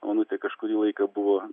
onutė kažkurį laiką buvo